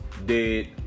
dead